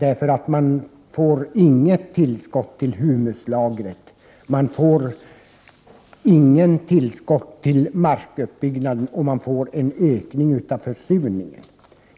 Man får då inga tillskott till humuslagret eller till markuppbyggnaden, men man får en ökning av försurningen.